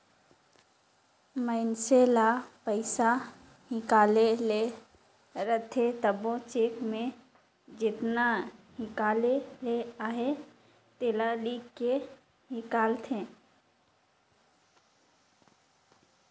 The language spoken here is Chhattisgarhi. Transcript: मइनसे ल पइसा हिंकाले ले रहथे तबो चेक में जेतना हिंकाले ले अहे तेला लिख के हिंकालथे